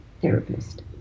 therapist